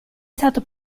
stato